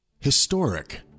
Historic